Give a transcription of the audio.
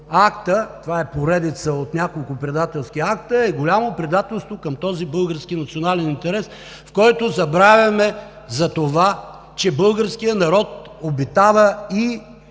акта, поредица от няколко предателски акта, е голямо предателство към този български национален интерес, и забравяме, че българският народ обитава и